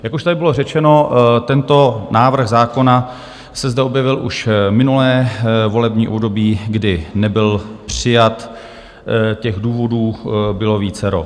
Jak už tady bylo řečeno, tento návrh zákona se zde objevil už v minulém volebním období, kdy nebyl přijat, těch důvodů bylo vícero.